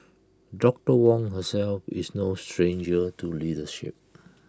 doctor Wong herself is no stranger to leadership